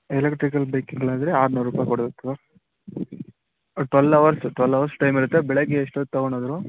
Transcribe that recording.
electrical ಬೈಕ್ಗ್ಳಾದರೆ ಆರ್ನೂರು ರೂಪಾಯಿ ಕೊಡ್ಬೇಕು ಸರ್ ಅದು twelve hours twelve hours time ಇರುತ್ತೆ ಬೆಳಗ್ಗೆ ಎಷ್ಟೊತ್ತು ತಗೊಂಡೋದಿರೋ